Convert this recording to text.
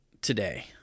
today